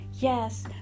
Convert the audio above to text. yes